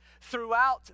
throughout